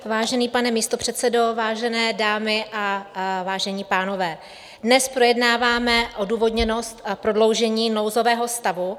Vážený pane místopředsedo, vážené dámy a vážení pánové, dnes projednáváme odůvodněnost a prodloužení nouzového stavu.